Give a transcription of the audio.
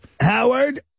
Howard